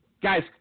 Guys